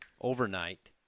overnight